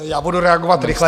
Já budu reagovat rychle.